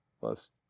Plus